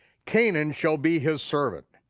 canaan shall be his servant.